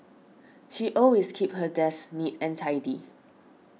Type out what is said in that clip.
she always keep her desk neat and tidy